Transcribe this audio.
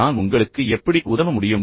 நான் உங்களுக்கு எப்படி உதவ முடியும்